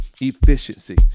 efficiency